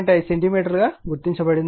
5 centimetre గా గుర్తించబడింది